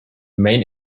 main